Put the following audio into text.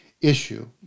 issue